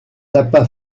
tapa